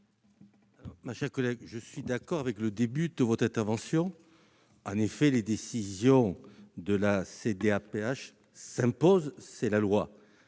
Ma chère collègue, je suis d'accord avec le début de votre intervention : les décisions de la CDAPH s'imposent. C'est la loi.